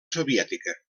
soviètica